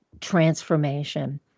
transformation